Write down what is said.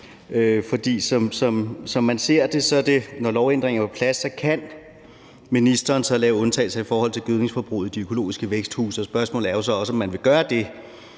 når lovændringen er på plads, lave undtagelser i forhold til gødningsforbruget i de økologiske væksthuse. Spørgsmålet er jo så også, om man vil gøre det.